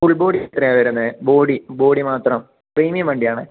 full body എത്രയാ വരുന്നത് body body മാത്രം പ്രീമിയം വണ്ടി ആണേ